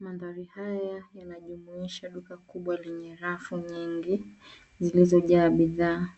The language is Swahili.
Maandhari haya yanajumuisha duka kubwa lenye rafu nyingi zilizojaa bidhaa